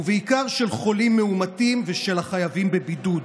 ובעיקר של חולים מאומתים ושל החייבים בבידוד.